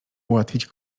ułatwić